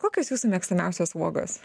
kokios jūsų mėgstamiausios uogos